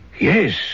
Yes